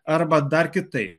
arba dar kitaip